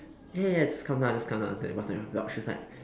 ya ya ya just come down just come down to the bottom of your block she was like